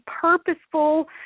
purposeful